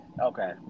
Okay